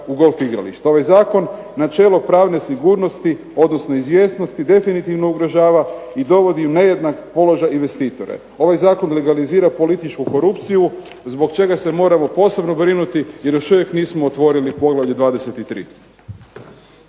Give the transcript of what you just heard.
u golf igrališta. Ovaj zakon načelo pravne sigurnosti, odnosno izvjesnosti definitivno ugrožava i dovodi u nejednak položaj investitore. Ovaj zakon legalizira političku korupciju zbog čega se moramo posebno brinuti, jer još uvijek nismo otvorili poglavlje 23.